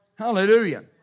Hallelujah